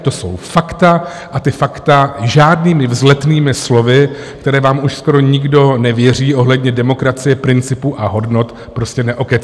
To jsou fakta a ta fakta žádnými vzletnými slovy, která vám už skoro nikdo nevěří, ohledně demokracie principu a hodnot prostě neokecáte.